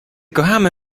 kochamy